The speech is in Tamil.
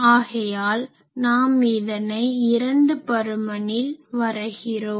ஆகையால் நாம் இதனை இரண்டு பருமனில் வரைகிறோம்